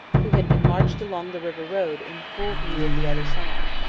who had been marched along the river road in full view of the other side.